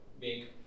make